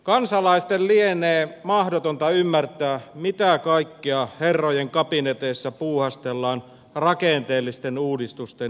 kansalaisten lienee mahdotonta ymmärtää mitä kaikkea herrojen kabineteissa puuhastellaan rakenteellisten uudistusten nimissä